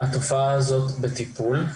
התופעה הזאת בטיפול.